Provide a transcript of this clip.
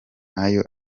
nayo